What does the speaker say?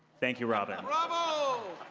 thank you, robin. bravo.